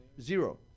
zero